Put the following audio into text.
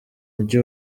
mujyi